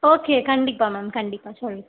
okay கண்டிப்பாக ma'am கண்டிப்பாக சொல்லுறேன்